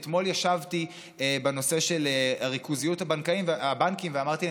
אתמול ישבתי בנושא של ריכוזיות הבנקים ואמרתי,